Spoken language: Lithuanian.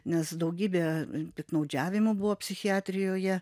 nes daugybė piktnaudžiavimų buvo psichiatrijoje